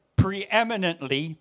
preeminently